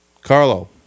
Carlo